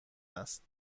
است